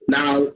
now